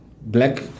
Black